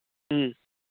ம்